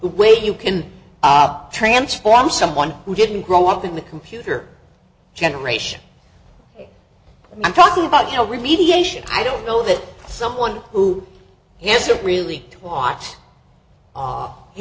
way you can transform someone who didn't grow up in the computer generation i'm talking about you know remediation i don't know that someone who has a really